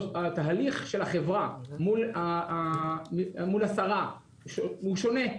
התהליך של החברה מול השרה הוא שונה.